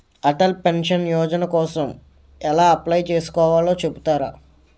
Atal pension Yojana కోసం ఎలా apply చేసుకోవాలో చెపుతారా?